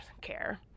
care